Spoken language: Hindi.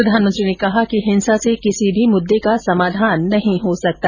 प्रधानमंत्री ने कहा कि हिंसा से किसी भी मुद्दे का समाधान नहीं हो सकता